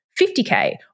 50K